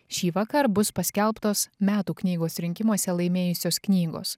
šįvakar bus paskelbtos metų knygos rinkimuose laimėjusios knygos